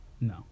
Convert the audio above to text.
No